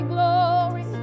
Glory